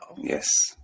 Yes